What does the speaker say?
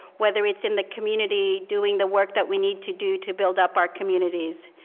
whether it's in the community doing the work that we need to do to build up our communities.